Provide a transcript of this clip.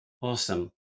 Awesome